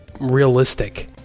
realistic